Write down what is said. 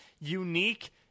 unique